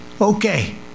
Okay